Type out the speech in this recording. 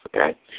okay